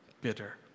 bitter